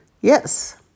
Yes